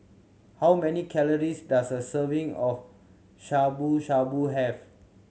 how many calories does a serving of Shabu Shabu have